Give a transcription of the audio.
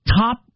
top